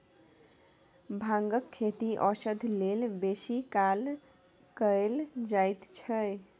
भांगक खेती औषध लेल बेसी काल कएल जाइत छै